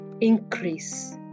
Increase